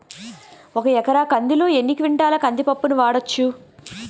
ఒక ఎకర కందిలో ఎన్ని క్వింటాల కంది పప్పును వాడచ్చు?